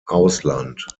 ausland